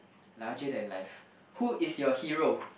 larger than life who is your hero